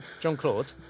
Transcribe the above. John-Claude